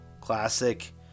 Classic